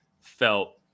felt